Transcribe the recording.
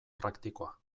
praktikoa